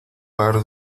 par